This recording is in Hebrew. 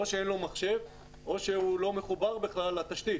או שאין לו מחשב או שהוא לא מחובר לתשתית.